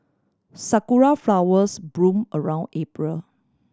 sakura flowers bloom around April